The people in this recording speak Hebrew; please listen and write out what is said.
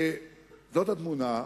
זאת התמונה,